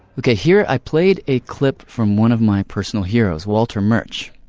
like ah here i played a clip from one of my personal heroes, walter murch,